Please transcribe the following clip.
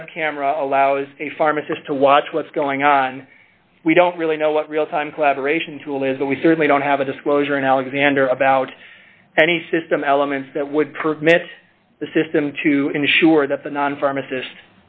web camera allows a pharmacist to watch what's going on we don't really know what real time collaboration tool is that we certainly don't have a disclosure in alexander about any system elements that would permit the system to ensure that the non pharmacist